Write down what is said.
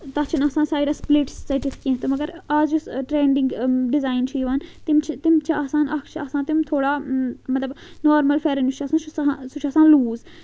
تَتھ چھِنہٕ آسان سایڈَس سٕلٹِس ژٔٹِتھ کینٛہہ تہِ مَگر آز یُس ٹرینڈِنٛگ ڈِزایِن چھِ یِوان تِم چھِ تِم چھِ آسان اَکھ چھِ آسان تِم تھوڑا مطلب نارمَل پھٮ۪رَن یُس چھُ آسان سُہ چھُ آس سُہ چھُ آسان لوٗز